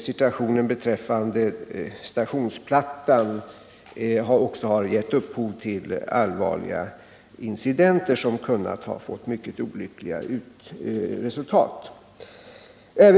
situationen när det gäller stationsplattan också har givit upphov till allvarliga incidenter, som hade kunnat få mycket olyckliga förlopp.